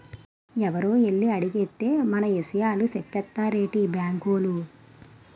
ఎవరో ఎల్లి అడిగేత్తే మన ఇసయాలు సెప్పేత్తారేటి బాంకోలు?